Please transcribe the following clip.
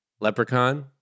Leprechaun